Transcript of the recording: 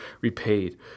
repaid